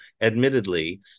admittedly